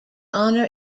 honor